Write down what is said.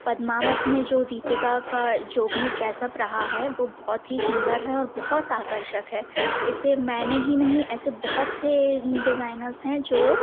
पद्मावत में दीपिका को जो भी ड्रेसअप रहा है वो बहुत ही सुंदर है और बहुत आकर्षक है इसे मैंने ही नहीं ऐसे बहुत से डिजाइनर्स है जो